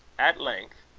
at length,